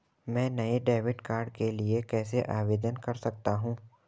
मैं नए debit card के लिए कैसे आवेदन कर सकता हूँ?